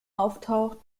auftaucht